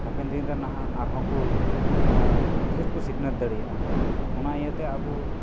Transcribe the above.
ᱦᱟᱯᱮᱱ ᱫᱤᱱ ᱨᱮ ᱱᱟᱦᱟᱜ ᱟᱨ ᱦᱚᱸ ᱠᱚ ᱰᱷᱮᱨ ᱠᱚ ᱥᱤᱠᱱᱟᱹᱛ ᱫᱟᱲᱮᱭᱟᱜᱼᱟ ᱚᱱᱟ ᱤᱭᱟᱹᱛᱮ ᱟᱵᱚ